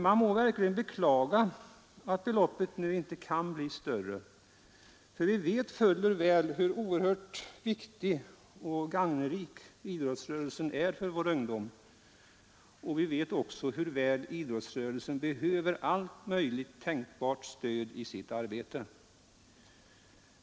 Man må verkligen beklaga att beloppet nu inte kan bli större, eftersom vi fuller väl vet hur oerhört viktig och gagnerik idrottsrörelsen är för vår ungdom. Vi vet också hur väl idrottsrörelsen behöver allt möjligt tänkbart stöd i sitt arbete.